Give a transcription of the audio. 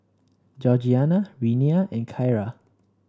Georgiana Renea and Kyra